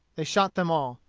they shot them all.